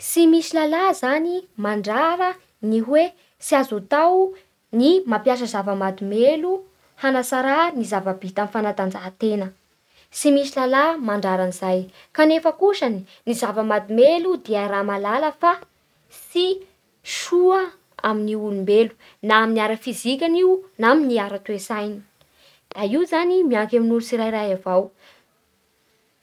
Tsy misy lalà zany mandrarà hoe tsy azo atao ny mampiasa zava-mahadomelo hanatsara ny zava-bità amin'ny fanatanjaha-tena, tsy misy lalà mandrara an'izay, kanefa kosa ny zava-mahadomelo dia iaraha mahalala fa tsy soa amin'ny olombelo na amin'ny ara-fizikany io na amin'ny ara-teo-tsainy, da io zany mianky amin'nolo tsirairay avao.